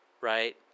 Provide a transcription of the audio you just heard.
Right